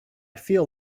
feel